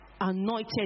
anointed